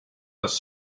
has